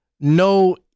No